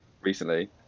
recently